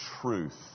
truth